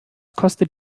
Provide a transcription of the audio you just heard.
kostet